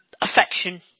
affection